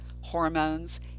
hormones